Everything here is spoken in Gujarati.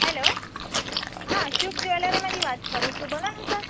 હેલો હા શુભ જ્વેલરેમાંથી વાત કરું છું બોલોને સર